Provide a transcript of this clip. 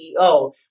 CEO